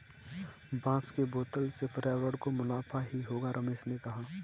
बांस के बोतल से पर्यावरण को मुनाफा ही होगा रमेश ने कहा